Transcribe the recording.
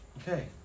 okay